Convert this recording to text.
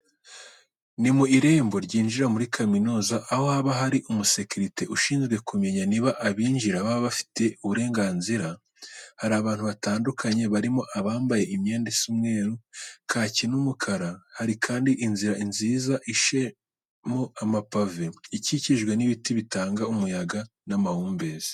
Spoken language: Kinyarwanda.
Ni mu irembo ryinjira muri kaminuza, aho haba hari umusekirite ushinzwe kumenya niba abahinjira baba babifitiye uburenganzira. Hari abantu batandukanye barimo abambaye imyenda isa umweru, kake n'umukara. Hari kandi inzira nziza isashemo amapave ikikijwe n'ibiti bitanga umuyaga n'amahumbezi.